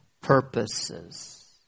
purposes